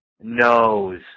nose